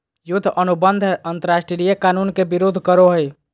युद्ध अनुबंध अंतरराष्ट्रीय कानून के विरूद्ध करो हइ